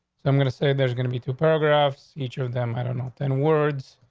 i'm gonna say there's gonna be two paragraphs, each of them i don't know, ten words.